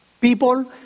People